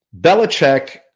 Belichick